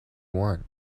want